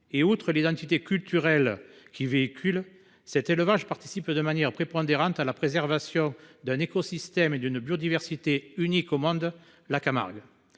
Outre l’identité culturelle qu’il véhicule, cet élevage participe de manière prépondérante à la préservation d’un écosystème et d’une biodiversité uniques au monde : la Camargue.